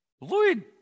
Lloyd